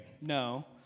no